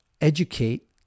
educate